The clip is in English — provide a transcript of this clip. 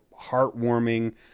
heartwarming